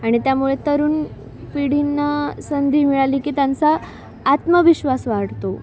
आणि त्यामुळे तरुण पिढींना संधी मिळाली की त्यांचा आत्मविश्वास वाढतो